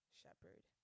shepherd